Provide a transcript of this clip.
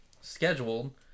scheduled